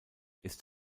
ist